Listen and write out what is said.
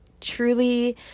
truly